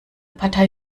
partei